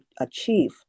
achieve